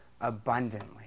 abundantly